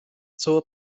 zur